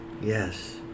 Yes